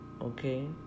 Okay